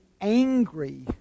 angry